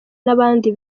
n’abandi